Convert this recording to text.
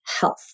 health